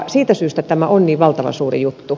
siitä syystä tämä on niin valtavan suuri juttu